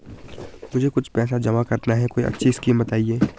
मुझे कुछ पैसा जमा करना है कोई अच्छी स्कीम बताइये?